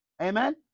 Amen